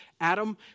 Adam